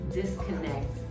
disconnect